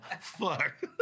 Fuck